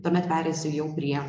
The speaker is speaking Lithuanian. tuomet pereisiu jau prie